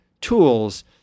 tools